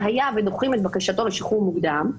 היה ודוחים את בקשתו לשחרור מוקדם,